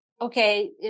okay